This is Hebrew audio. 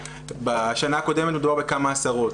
כשבשנה הקודמת מדובר בכמה עשרות.